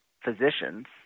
physicians